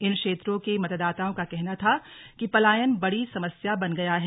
इन क्षेत्रों के मतदाताओं का कहना था कि पलायन बड़ी समस्या बन गया है